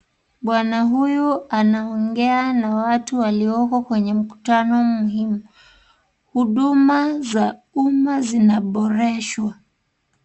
Bwana huyu anaongea na watu walioko kwenye mkutano muhimu. Huduma za uma zinaboreshwa